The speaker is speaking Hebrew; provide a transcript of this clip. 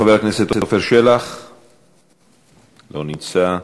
חבר הכנסת עפר שלח, לא נמצא,